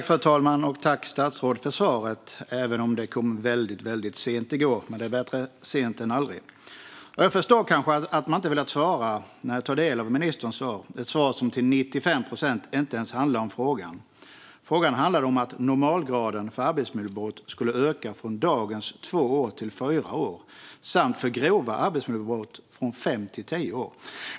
Fru talman! Tack, statsrådet, för svaret, även om det kom väldigt sent i går! Men bättre sent än aldrig. Jag förstår att man kanske inte har velat svara på det här efter att jag tagit del av ministerns svar. Det är ett svar som till 95 procent inte ens handlar om frågan. Frågan gällde att normalgraden för arbetsmiljöbrott borde öka från dagens två år till fyra år samt för grova arbetsmiljöbrott från fem år till tio år.